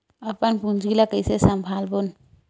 अपन पूंजी ला कइसे संभालबोन?